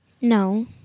No